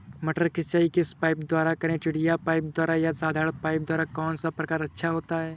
मटर की सिंचाई किस पाइप द्वारा करें चिड़िया पाइप द्वारा या साधारण पाइप द्वारा कौन सा प्रकार अच्छा होता है?